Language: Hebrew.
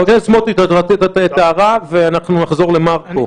חבר הכנסת סמוטריץ', רצית להעיר, ונחזור למרקו.